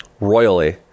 royally